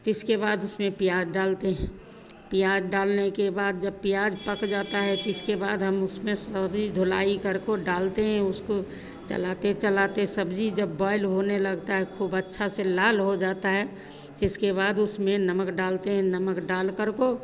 तो इसके बाद उसमें प्याज डालते हैं प्याज डालने के बाद जब प्याज पक जाता है तो इसके बाद हम उसमें सारी धुलाई करको डालते हैं उसको चलाते चलाते सब्ज़ी जब बॉयल होने लगती है खूब अच्छा से लाल हो जाती है तो इसके बाद उसमें नमक डालते हैं नमक डालकर को